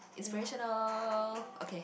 inspirational okay